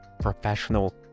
professional